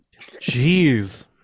jeez